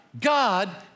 God